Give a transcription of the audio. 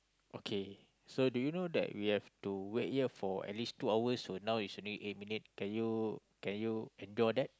okay so do you know that we have to wait here for at least two hours but now it's only eight minute can you can you go with that